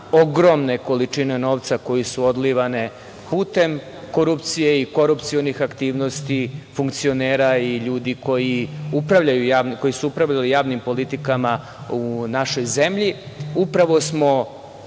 ogromne količine novca koje su odlivane putem korupcije i korupcionih aktivnosti funkcionera i ljudi koji su upravljali javnim politikama u našoj zemlji,